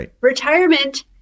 retirement